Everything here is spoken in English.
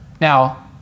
Now